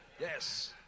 Yes